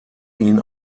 ihn